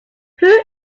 who